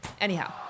Anyhow